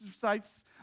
Sites